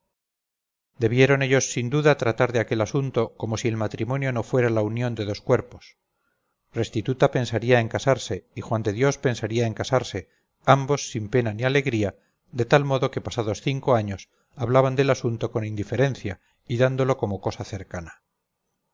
debieron ellos sin duda tratar de aquel asunto como si el matrimonio no fuera la unión de dos cuerpos restituta pensaría en casarse y juan de dios pensaría en casarse ambos sin pena ni alegría de tal modo que pasados cinco años hablaban del asunto con indiferencia y dándolo como cosa cercana